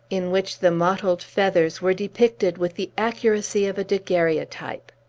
in which the mottled feathers were depicted with the accuracy of a daguerreotype.